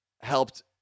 helped